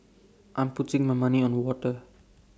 I'm putting my money on water